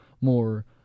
more